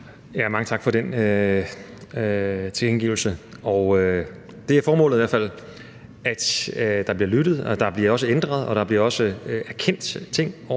Mange tak for den tilkendegivelse. Det er i hvert fald formålet, at der bliver lyttet. Der bliver også ændret, og der bliver også erkendt ting